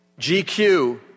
GQ